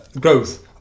growth